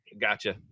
Gotcha